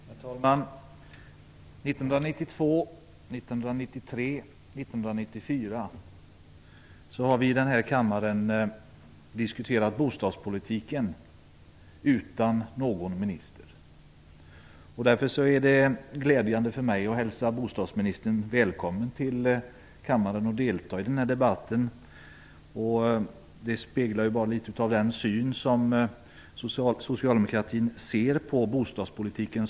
Herr talman! Åren 1992, 1993 och 1994 har vi i den här kammaren diskuterat bostadspolitiken utan någon minister. Därför är det glädjande för mig att hälsa bostadsministern välkommen till kammaren för att delta i den här debatten. Det speglar litet av den syn som Socialdemokraterna har på bostadspolitiken.